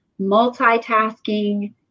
multitasking